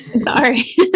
Sorry